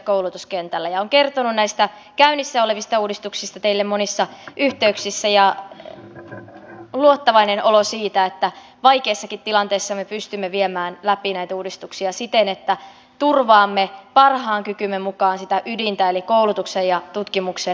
olen kertonut näistä käynnissä olevista uudistuksista teille monissa yhteyksissä ja on luottavainen olo siitä että vaikeassakin tilanteessa me pystymme viemään läpi näitä uudistuksia siten että turvaamme parhaan kykymme mukaan sitä ydintä eli koulutuksen ja tutkimuksen laatua